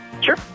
Sure